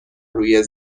روی